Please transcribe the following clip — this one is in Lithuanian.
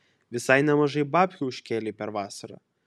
visai nemažai babkių užkalei per vasarą